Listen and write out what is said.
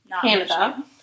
Canada